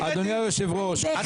אני